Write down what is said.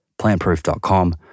Plantproof.com